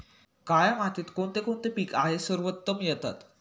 काया मातीत कोणते कोणते पीक आहे सर्वोत्तम येतात?